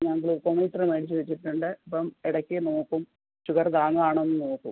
ഞാൻ ഗ്ലുക്കോമീറ്ററ് മേടിച്ച് വെച്ചിട്ടുണ്ട് അപ്പം ഇടയ്ക്ക് നോക്കും ഷുഗറ് താണതാണോയെന്ന് നോക്കും